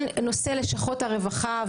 הנושא של לשכות הרווחה,